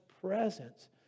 presence